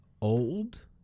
old